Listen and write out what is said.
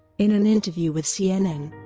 in an interview with cnn,